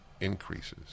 increases